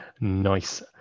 Nice